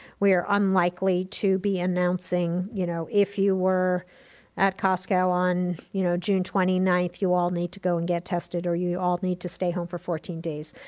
we are unlikely to be announcing, you know, if you were at costco on you know june twenty ninth, you all need to go and get tested or you all need to stay home for fourteen days,